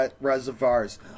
reservoirs